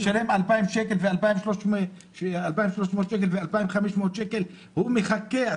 העובד שמשלם 2,300 שקל ו-2,500 שקל, הוא מחכה.